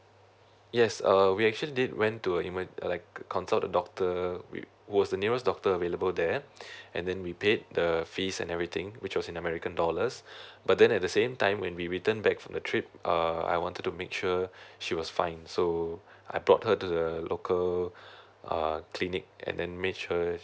yes uh we actually did went to emerg~ like consult the doctor we~ was the nearest doctor available there and then we paid the fees and everything which was in american dollars but then at the same time when we return back from the trip uh I wanted to make sure she was fine so I brought her to the local uh clinic and then make sure